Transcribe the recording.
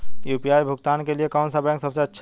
UPI भुगतान के लिए कौन सा बैंक सबसे अच्छा है?